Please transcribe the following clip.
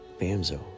Bamzo